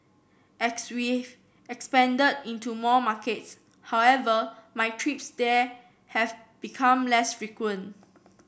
we've expanded into more markets however my trips there have become less frequent